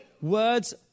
Words